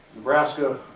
nebraska,